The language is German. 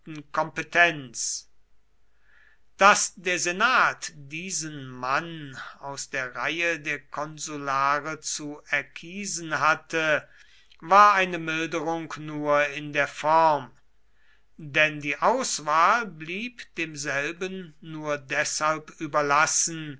kompetenz daß der senat diesen mann aus der reihe der konsulare zu erkiesen hatte war eine milderung nur in der form denn die auswahl blieb demselben nur deshalb überlassen